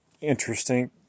interesting